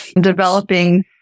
developing